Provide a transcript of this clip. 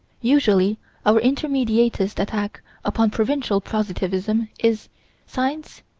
usually our intermediatist attack upon provincial positivism is science,